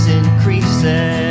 increases